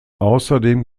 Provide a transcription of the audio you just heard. außerdem